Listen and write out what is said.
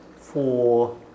four